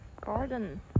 garden